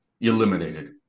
eliminated